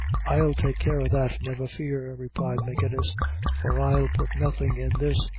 i'll take care of that, never fear, replied magennis, for i'll put nothing in this,